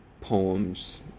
poems